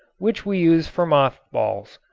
which we use for mothballs.